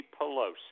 Pelosi